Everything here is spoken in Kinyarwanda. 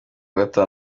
gatanu